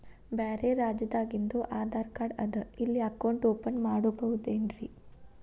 ಬ್ಯಾರೆ ರಾಜ್ಯಾದಾಗಿಂದು ಆಧಾರ್ ಕಾರ್ಡ್ ಅದಾ ಇಲ್ಲಿ ಅಕೌಂಟ್ ಓಪನ್ ಮಾಡಬೋದೇನ್ರಿ?